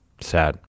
Sad